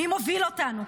מי מוביל אותנו?